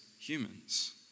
humans